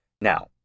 now